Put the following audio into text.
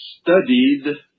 studied